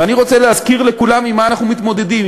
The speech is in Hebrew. ואני רוצה להזכיר לכולם עם מה אנחנו מתמודדים,